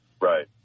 Right